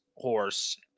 horse